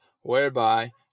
whereby